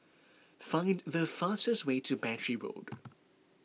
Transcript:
find the fastest way to Battery Road